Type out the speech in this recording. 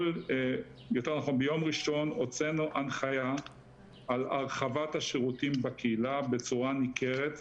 ביום ראשון הוצאנו הנחיה על הרחבת השירותים בקהילה בצורה ניכרת.